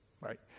right